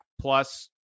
plus